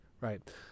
right